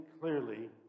clearly